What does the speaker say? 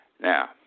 Now